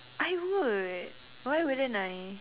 I would why wouldn't I